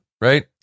right